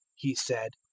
he said.